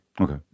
okay